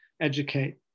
educate